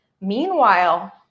Meanwhile